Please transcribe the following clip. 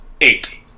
eight